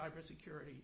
cybersecurity